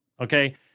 okay